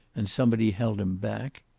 and somebody held him back?